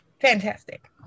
fantastic